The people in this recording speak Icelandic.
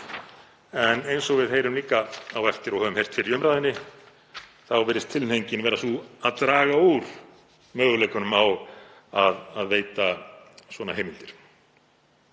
En eins og við heyrum líka á eftir og höfum heyrt fyrr í umræðunni þá virðist tilhneigingin vera sú að draga úr möguleikunum á að veita svona heimildir.